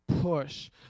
push